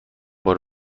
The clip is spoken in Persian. بار